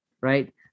right